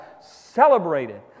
celebrated